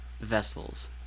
vessels